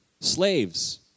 Slaves